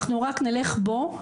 אנחנו רק נלך בו קדימה.